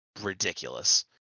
ridiculous